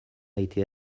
été